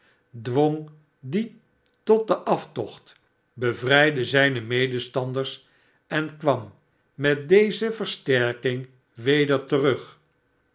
dwong die tot den aftocht bevrijdde zijne medestanders en kwam met deze versterking weder terug